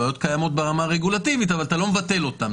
הבעיות קיימות ברמה הרגולטיבית אבל אתה לא מבטל את הרגולציות.